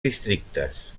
districtes